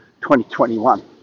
2021